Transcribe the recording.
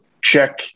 check